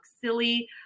silly